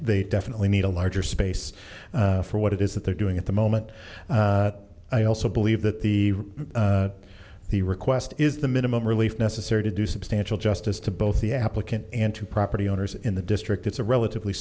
they definitely need a larger space for what it is that they're doing at the moment i also believe that the the request is the minimum relief necessary to do substantial justice to both the applicant and to proper the owners in the district it's a relatively